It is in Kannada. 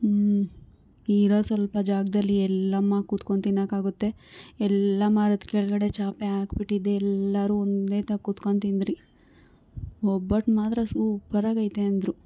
ಹ್ಞೂ ಇರೋ ಸ್ವಲ್ಪ ಜಾಗದಲ್ಲಿ ಎಲ್ಲಮ್ಮ ಕೂತ್ಕೊಂಡು ತಿನ್ನೋಕ್ಕಾಗುತ್ತೆ ಎಲ್ಲ ಮರದ ಕೆಳಗಡೆ ಚಾಪೆ ಹಾಕಿಬಿಟ್ಟಿದ್ದೆ ಎಲ್ಲರೂ ಒಂದೇತ ಕೂತ್ಕೊಂಡು ತಿಂದ್ರಿ ಒಬ್ಬಟ್ಟು ಮಾತ್ರ ಸೂಪರಾಗೈತೆ ಅಂದರು